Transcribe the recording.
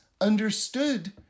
understood